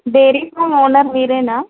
dairy farm owner మీరేనా